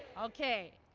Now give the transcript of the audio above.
ok.